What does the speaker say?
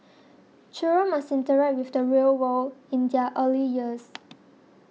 children must interact with the real world in their early years